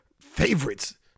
favorites